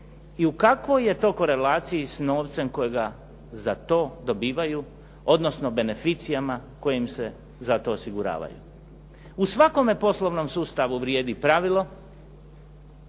i u kakvoj je to korelaciji s novcem kojega za to dobivaju, odnosno beneficijama koje im se za to osiguravaju. U svakome poslovnom sustavu vrijedi pravilo